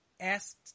asked